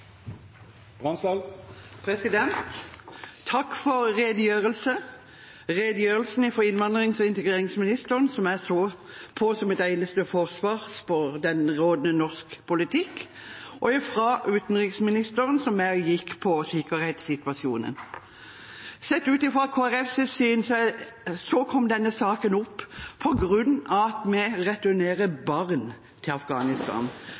Takk for redegjørelser. Redegjørelsen fra innvandrings- og integreringsministeren så jeg på som et eneste forsvar for rådende norsk politikk. Redegjørelsen fra utenriksministeren gikk mer på sikkerhetssituasjonen. Sett ut fra Kristelig Folkepartis syn kom denne saken opp på grunn av at vi returnerer barn til Afghanistan,